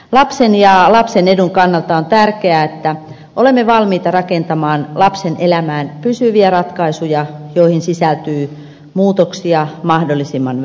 lapsen ja lapsen edun kannalta on tärkeää että olemme valmiita rakentamaan lapsen elämään pysyviä ratkaisuja joihin sisältyy muutoksia mahdollisimman vähän